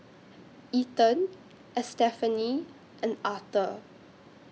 Ethan Estefany and Arthur